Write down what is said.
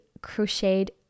crocheted